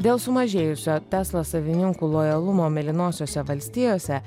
dėl sumažėjusio tesla savininkų lojalumo mėlynosiose valstijose